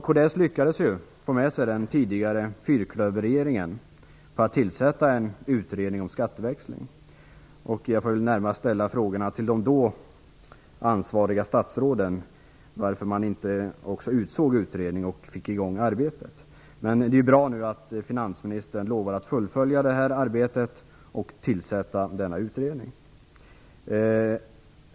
Kds lyckades få med sig den tidigare fyrklöverregeringen på att tillsätta en utredning om skatteväxling. Jag får väl närmast ställa frågan till de då ansvariga statsråden varför man inte utsåg en utredning och fick i gång arbetet. Men det är bra att finansministern nu lovar att fullfölja arbetet och tillsätta en utredning.